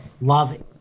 love –